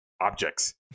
objects